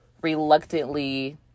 reluctantly